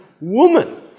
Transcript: woman